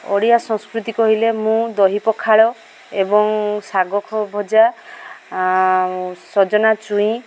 ଓଡ଼ିଆ ସଂସ୍କୃତି କହିଲେ ମୁଁ ଦହି ପଖାଳ ଏବଂ ଶାଗ ଖ ଭଜା ସଜନା ଛୁଇଁ